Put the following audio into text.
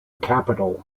capital